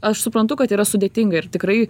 aš suprantu kad yra sudėtinga ir tikrai